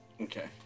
Okay